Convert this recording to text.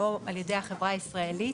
לא על ידי החברה הישראלית